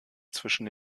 zwischen